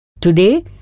Today